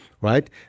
Right